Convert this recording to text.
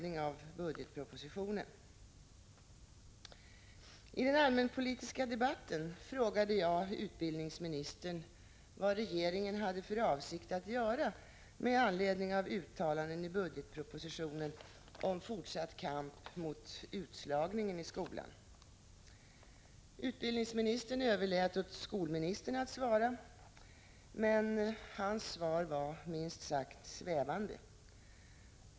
I den allmänpolitiska debatten frågade jag utbildningsministern vad regeringen hade för avsikt att göra med anledning av uttalanden i budgetpropositionen om fortsatt kamp mot utslagningen i skolan. Utbildningsministern överlät åt skolministern att svara, men hans svar var minst sagt svävande.